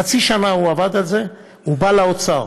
חצי שנה הוא עבד על זה והוא בא לאוצר.